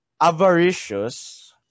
avaricious